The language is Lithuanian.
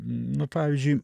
nu pavyzdžiui